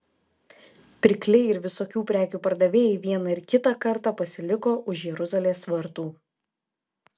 pirkliai ir visokių prekių pardavėjai vieną ir kitą kartą pasiliko už jeruzalės vartų